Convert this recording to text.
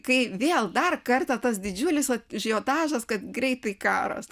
kai vėl dar kartą tas didžiulis ažiotažas kad greitai karas